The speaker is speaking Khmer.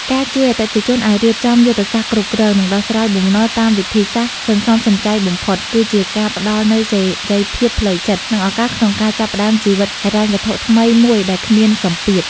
ការជួយអតិថិជនឱ្យរៀបចំយុទ្ធសាស្ត្រគ្រប់គ្រង និងដោះស្រាយបំណុលតាមវិធីសាស្ត្រសន្សំសំចៃបំផុត គឺជាការផ្ដល់នូវសេរីភាពផ្លូវចិត្ត និងឱកាសក្នុងការចាប់ផ្ដើមជីវិតហិរញ្ញវត្ថុថ្មីមួយដែលគ្មានសម្ពាធ។